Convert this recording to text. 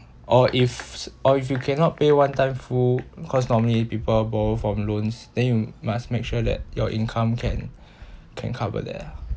or if or if you cannot pay one time full cause normally people borrow from loans then you must make sure that your income can can cover that ah